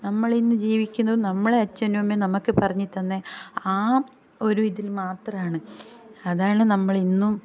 നമ്മൾ ഇന്ന് ജീവിക്കുന്നത് നമ്മളെ അച്ഛനും അമ്മയും നമുക്ക് പറഞ്ഞു തന്ന ആ ഒരു ഇതിൽ മാത്രമാണ് അതാണ് നമ്മൾ ഇന്നും